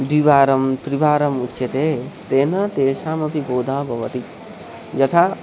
द्विवारं त्रिवारम् उच्यते तेन तेषामपि बोधः भवति यथा